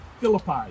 Philippi